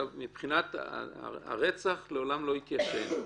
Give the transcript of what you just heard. מבחינת הרצח זה לעולם לא יתיישן.